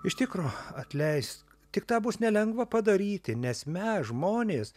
iš tikro atleis tik tą bus nelengva padaryti nes mes žmonės